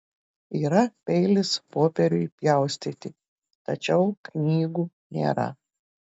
yra peilis popieriui pjaustyti tačiau knygų nėra